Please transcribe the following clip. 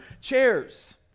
chairs